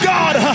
God